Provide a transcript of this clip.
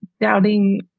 doubting